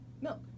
milk